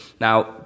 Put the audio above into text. Now